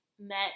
met